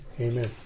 Amen